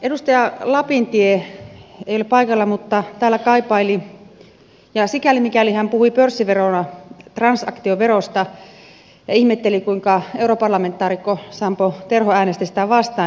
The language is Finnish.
edustaja lapintie ei ole paikalla mutta hän täällä kaipaili sikäli mikäli hän puhui pörssiverona transaktioverosta ja ihmetteli kuinka europarlamentaarikko sampo terho äänesti sitä vastaan